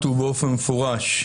ובאופן מפורש,